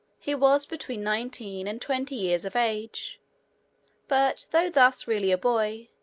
he was between nineteen and twenty years of age but, though thus really a boy,